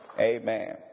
Amen